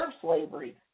slavery